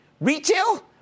Retail